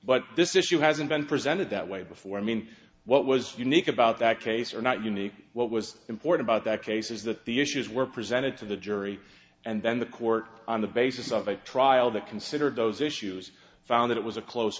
but this issue hasn't been presented that way before i mean what was unique about that case or not unique what was important about that case is that the issues were presented to the jury and then the court on the basis of a trial that considered those issues found that it was a close